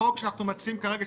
לחוק שאנחנו מציעים כרגע,